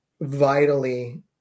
vitally